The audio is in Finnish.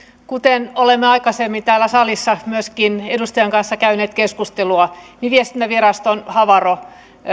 kuten olemme aikaisemmin täällä salissa myöskin edustajan kanssa käyneet keskustelua viestintäviraston havaro